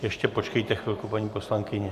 Ještě počkejte chvilku, paní poslankyně.